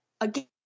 again